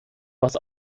was